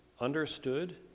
understood